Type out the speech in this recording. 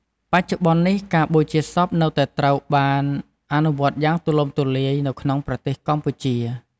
បច្ចុប្បន្ននេះ ការបូជាសពនៅតែត្រូវបានអនុវត្តយ៉ាងទូលំទូលាយនៅក្នុងប្រទេសកម្ពុជា។